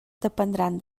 dependran